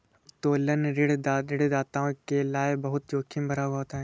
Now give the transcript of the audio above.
उत्तोलन ऋण ऋणदाता के लये बहुत जोखिम भरा होता है